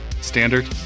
Standard